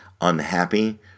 unhappy